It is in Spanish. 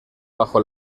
bajo